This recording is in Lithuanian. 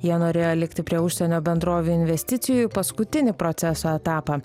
jie norėjo likti prie užsienio bendrovių investicijų į paskutinį proceso etapą